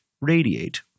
radiate